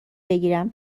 بگیرم